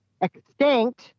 extinct